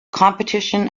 competition